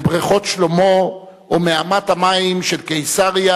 מבריכות-שלמה או מאמת המים של קיסריה,